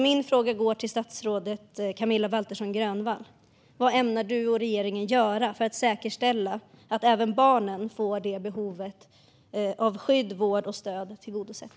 Min fråga går till statsrådet Camilla Waltersson Grönvall. Vad ämnar statsrådet och regeringen göra för att säkerställa att även barnen får behovet av skydd, vård och stöd tillgodosett?